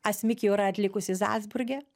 asmik jau yra atlikusi zalcburge